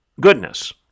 Goodness